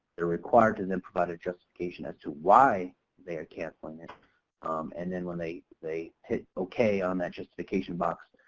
they're required to then provide a justification as to why they are canceling it and then when they they hit okay on that justification box,